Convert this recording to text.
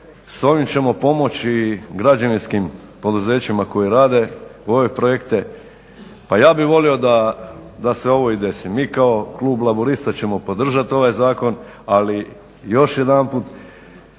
s ovim ćemo pomoći građevinskim poduzećima koji rade ove projekte. Pa ja bi volio da se ovo i desi. Mi kao klub Laburista ćemo podržat ovaj zakon ali još jedanput